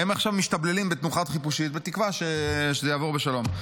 הם משתבללים בתנוחת חיפושית בתקווה שזה יעבור בשלום.